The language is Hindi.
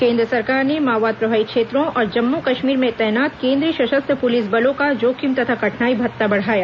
केंद्र सरकार ने माओवाद प्रभावित क्षेत्रों और जम्मू कश्मीर में तैनात केंद्रीय सशस्त्र पुलिस बलों का जोखिम तथा कठिनाई भत्ता बढ़ाया